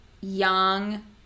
young